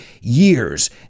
years